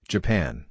Japan